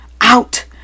out